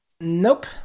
Nope